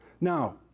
Now